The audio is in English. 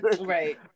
Right